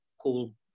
cool